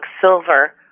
Silver